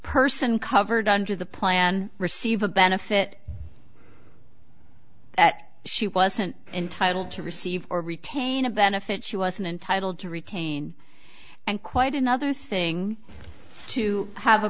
person covered under the plan receive a benefit that she wasn't entitled to receive or retain a benefits she wasn't entitled to retain and quite another thing to have a